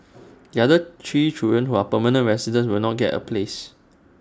the other three children who are permanent residents will not get A place